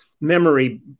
memory